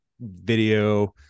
video